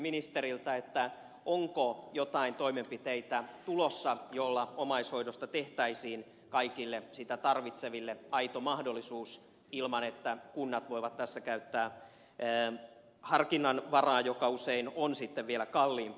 kysynkin ministeriltä onko joitain toimenpiteitä tulossa joilla omaishoidosta tehtäisiin kaikille sitä tarvitseville aito mahdollisuus ilman että kunnat voivat tässä käyttää harkinnanvaraa joka on usein sitten vielä kalliimpi